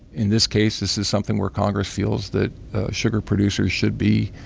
in this case, this is something where congress feels that sugar producers should be